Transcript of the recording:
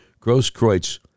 Grosskreutz